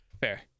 Fair